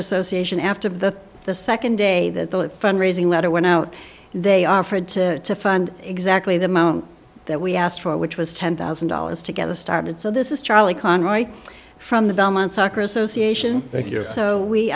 association after of the the second day that the fund raising letter went out they offered to fund exactly the amount that we asked for which was ten thousand dollars to get us started so this is charlie khan right from the belmont soccer association